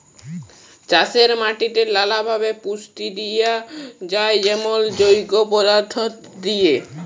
চাষের মাটিতে লালাভাবে পুষ্টি দিঁয়া যায় যেমল জৈব পদাথ্থ দিঁয়ে